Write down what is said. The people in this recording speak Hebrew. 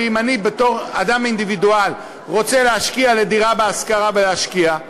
שאם אני בתור אדם אינדיבידואל רוצה להשקיע לדירה להשכרה בלהשקיע,